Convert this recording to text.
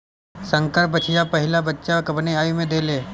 संकर बछिया पहिला बच्चा कवने आयु में देले?